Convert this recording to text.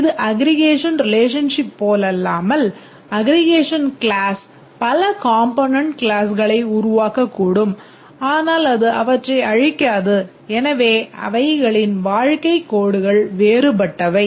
இது aggregation relationship போலல்லாமல் aggregation class பல காம்போனென்ட் க்ளாஸ்களை உருவாக்கக்கூடும் ஆனால் அது அவற்றை அழிக்காது எனவே அவைகளின் வாழ்க்கை கோடுகள் வேறுபட்டவை